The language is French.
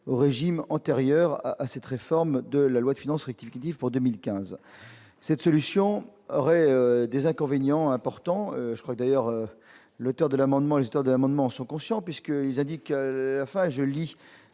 au régime antérieur à cette réforme de la loi de finances rectificative pour 2015, cette solution aurait des inconvénients importants, je crois d'ailleurs l'auteur de l'amendement, histoire d'amendements sont conscients puisque nous a dit qu'à la fin, je lis